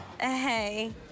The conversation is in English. Hey